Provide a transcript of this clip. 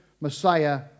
Messiah